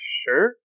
sure